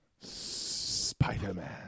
Spider-Man